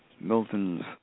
Milton's